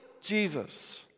Jesus